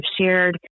shared